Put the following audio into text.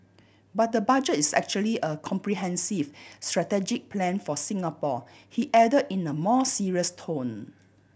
but the Budget is actually a comprehensive strategic plan for Singapore he add in a more serious tone